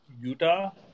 Utah